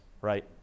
right